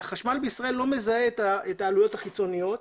החשמל בישראל לא מזהה את העלויות החיצוניות,